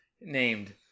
named